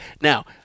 Now